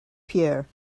pier